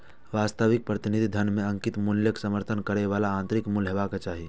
वास्तविक प्रतिनिधि धन मे अंकित मूल्यक समर्थन करै बला आंतरिक मूल्य हेबाक चाही